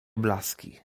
blaski